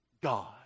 God